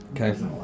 Okay